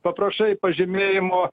paprašai pažymėjimo